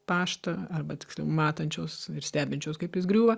paštą arba tiksliau matančios ir stebinčios kaip jis griūva